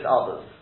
others